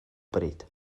bryd